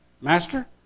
Master